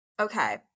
okay